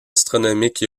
astronomique